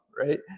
right